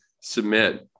submit